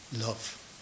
love